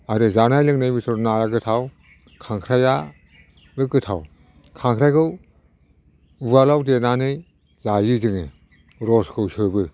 आरो जानाय लोंनाय भितोराव नाया गोथाव खांख्रायाबो गोथाव खांख्रायखौ उवालाव देनानै जायो जोङो रसखौ सोबो